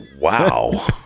Wow